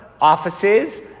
offices